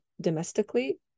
domestically